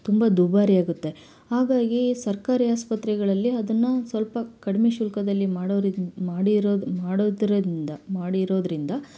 ತುಂಬ ದುಬಾರಿಯಾಗುತ್ತೆ ಹಾಗಾಗಿ ಸರ್ಕಾರಿ ಆಸ್ಪತ್ರೆಗಳಲ್ಲಿ ಅದನ್ನು ಸ್ವಲ್ಪ ಕಡಿಮೆ ಶುಲ್ಕದಲ್ಲಿ ಮಾಡೋರಿಂದ ಮಾಡಿರೋ ಮಾಡೋದರಿಂದ ಮಾಡಿರೋದರಿಂದ